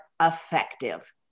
effective